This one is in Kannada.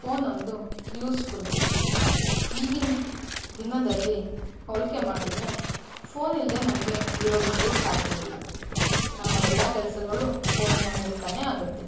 ಫೋನೊಂದು ಯೂಸ್ಫುಲ್ ಥಿಂಗ್ ಈಗಿನ ದಿನದಲ್ಲಿ ಹೋಲಿಕೆ ಮಾಡಿದರೆ ಫೋನಿಲ್ಲದೆ ನಮಗೆ ಇರೋದಕ್ಕೆ ಸಾಧ್ಯ ಇಲ್ಲ ನಮ್ಮ ಎಲ್ಲ ಕೆಲಸಗಳು ಫೋನಿನ ಮೂಲಕನೇ ಆಗುತ್ತೆ